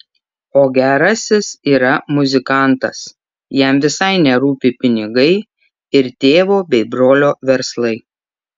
o gerasis yra muzikantas jam visai nerūpi pinigai ir tėvo bei brolio verslai